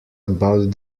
about